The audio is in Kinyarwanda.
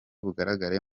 bugaragare